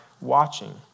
watching